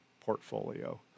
portfolio